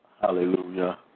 Hallelujah